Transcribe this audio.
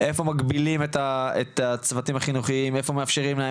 איפה מגבילים את הצוותים החינוכיים ואיפה מאפשרים להם,